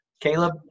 Caleb